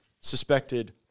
suspected